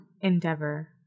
endeavor